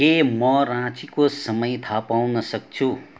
के म राँचीको समय थाहा पाउन सक्छु